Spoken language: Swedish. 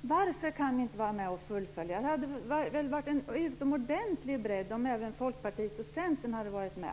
Varför kan ni inte vara med och fullfölja det hela? Det hade väl varit en utomordentligt stor bredd om även Folkpartiet och Centern hade varit med.